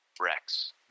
Rex